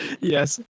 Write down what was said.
Yes